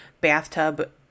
bathtub